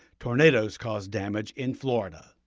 tornadoes caused damage in florida.